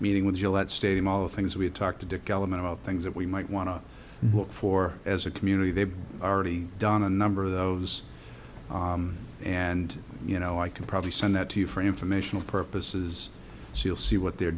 meeting with gillette stadium all the things we talked to dick element about things that we might want to look for as a community they've already done a number of those and you know i can probably send that to you for informational purposes she'll see what they're